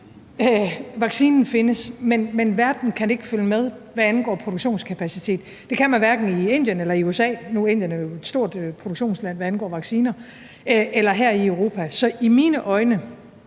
vaccinen findes, men verden kan ikke følge med, hvad angår produktionskapacitet. Det kan man hverken i Indien eller i USA – nu er Indien jo et stort produktionsland, hvad angår vacciner – eller her i Europa. Så det er